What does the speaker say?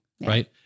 Right